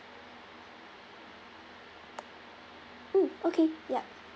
mm okay yup